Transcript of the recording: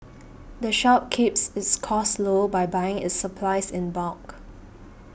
the shop keeps its costs low by buying its supplies in bulk